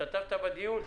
השתתפת בדיון?